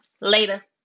Later